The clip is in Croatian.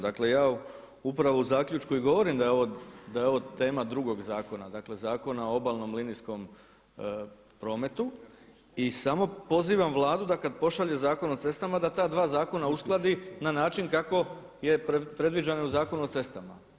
Dakle, ja upravo u zaključku i govorim da je ovo tema drugog zakona, dakle Zakona o obalnom linijskom prometu i samo pozivam Vladu da kad pošalje Zakon o cestama da ta dva zakona uskladi na način kako je predviđeno u Zakonu o cestama.